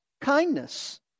kindness